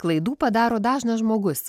klaidų padaro dažnas žmogus